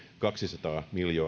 kaksisataa miljoonaa euroa verotuloina